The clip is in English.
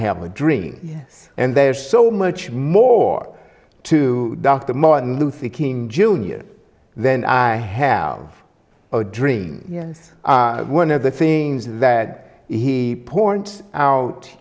have a dream and there's so much more to dr martin luther king jr then i have a dream and one of the things that he points out